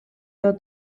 der